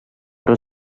però